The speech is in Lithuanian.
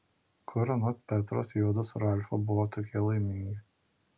kur anot petros juodu su ralfu buvo tokie laimingi